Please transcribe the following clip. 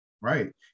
Right